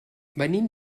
venim